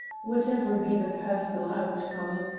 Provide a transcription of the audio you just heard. whatever be the personal outcome.